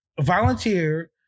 volunteer